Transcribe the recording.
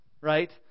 right